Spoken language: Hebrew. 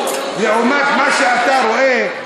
לעומת מה שאתה רואה,